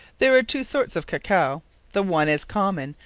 there are two sorts of cacao the one is common,